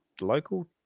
local